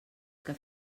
que